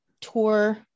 tour